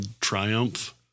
Triumph